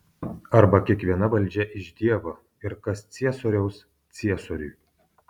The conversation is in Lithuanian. arba kiekviena valdžia iš dievo ir kas ciesoriaus ciesoriui